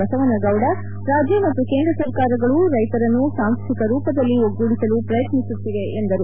ಬಸವನಗೌಡ ರಾಜ್ಯ ಮತ್ತು ಕೇಂದ್ರ ಸರ್ಕಾರಗಳು ರೈತರನ್ನು ಸಾಂಸ್ಥಿಕ ರೂಪದಲ್ಲಿ ಒಗ್ಗೂಡಿಸಲು ಪ್ರಯತ್ನಿಸುತ್ತಿವೆ ಎಂದರು